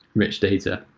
rich data.